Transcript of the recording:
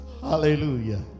Hallelujah